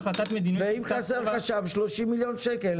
ואם חסר לך עכשיו 30 מיליון שקל,